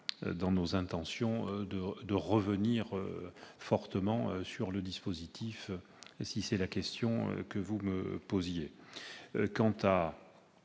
dans nos intentions de revenir fortement sur ce dispositif, si c'est la question que vous me posiez.